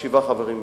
שבעה חברים בלבד.